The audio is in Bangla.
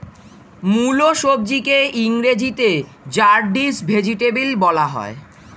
মুলো সবজিকে ইংরেজিতে র্যাডিশ ভেজিটেবল বলা হয়